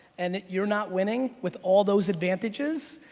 and you're not winning with all those advantages,